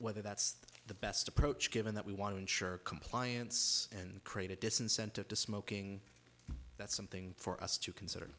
weather that's the best approach given that we want to ensure compliance and create a disincentive to smoking that's something for us to consider